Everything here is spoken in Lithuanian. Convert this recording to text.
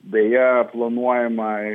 beje planuojama